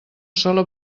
sola